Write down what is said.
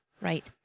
Right